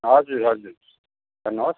हजुर हजुर भन्नुहोस्